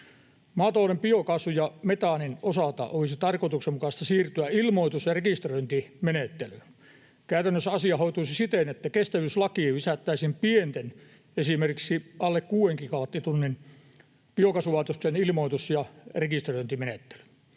Maatalouden biokaasun ja metaanin osalta olisi tarkoituksenmukaista siirtyä ilmoitus- ja rekisteröintimenettelyyn. Käytännössä asia hoituisi siten, että kestävyyslakiin lisättäisiin pienten, esimerkiksi alle kuuden gigawattitunnin, biokaasulaitosten ilmoitus- ja rekisteröintimenettely.